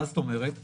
מה זאת אומרת?